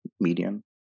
medium